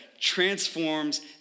transforms